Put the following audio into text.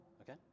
Okay